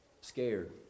scared